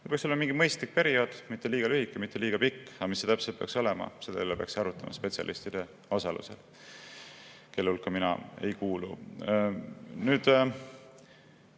See peaks olema mingi mõistlik periood – mitte liiga lühike, mitte liiga pikk. Aga mis see täpselt peaks olema, selle üle peaks arutama spetsialistide osalusel, kelle hulka mina ei kuulu. Nüüd,